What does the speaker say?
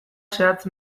zehatz